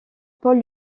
paul